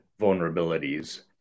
vulnerabilities